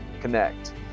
connect